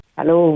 Hello